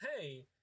Hey